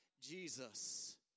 Jesus